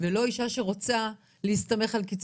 ולא אישה שרוצה להסתמך על קצבאות.